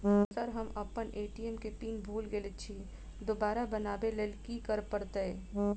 Sir हम अप्पन ATM केँ पिन भूल गेल छी दोबारा बनाबै लेल की करऽ परतै?